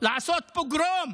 לעשות פוגרום